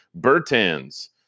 Bertans